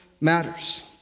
matters